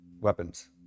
weapons